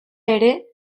ere